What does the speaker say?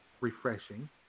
refreshing